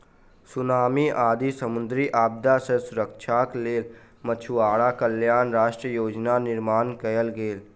tsunami आदि समुद्री आपदा सॅ सुरक्षाक लेल मछुआरा कल्याण राष्ट्रीय योजनाक निर्माण कयल गेल